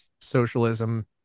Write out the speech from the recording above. socialism